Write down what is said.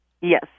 Yes